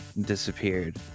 disappeared